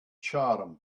charm